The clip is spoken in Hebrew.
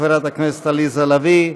חברת הכנסת עליזה לביא,